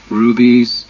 rubies